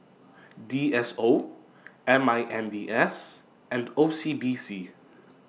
D S O M I N D S and O C B C